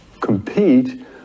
compete